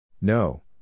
No